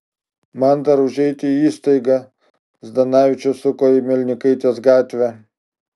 man dar užeiti į įstaigą zdanavičius suko į melnikaitės gatvę